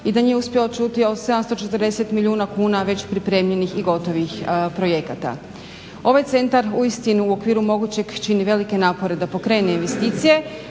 i da nije uspjela čuti od 740 milijuna kuna već pripremljenih i gotovih projekata. Ovaj centar uistinu u okviru mogućeg čini velike napore da pokrene investicije,